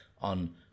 on